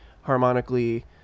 harmonically